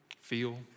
feel